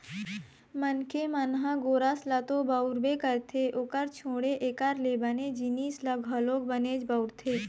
मनखे मन ह गोरस ल तो बउरबे करथे ओखर छोड़े एखर ले बने जिनिस ल घलोक बनेच बउरथे